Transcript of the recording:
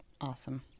Awesome